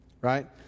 right